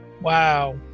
Wow